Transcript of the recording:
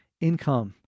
income